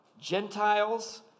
Gentiles